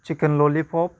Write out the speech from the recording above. chicken lollipop